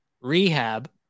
rehab